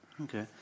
Okay